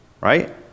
right